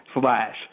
slash